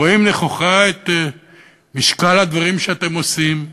רואים נכוחה את משקל הדברים שאתם עושים,